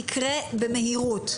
תקרה במהירות.